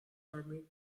army